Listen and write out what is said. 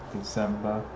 December